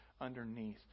underneath